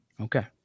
Okay